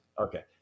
Okay